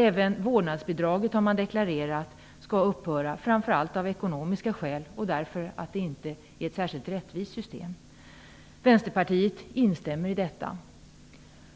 Även vårdnadsbidraget, det har man deklarerat, skall upphöra - framför allt av ekonomiska skäl men också därför att det inte är ett särskilt rättvist system. Vänsterpartiet instämmer i detta.